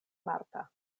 marta